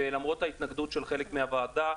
ולמרות ההתנגדות של חלק מהוועדה,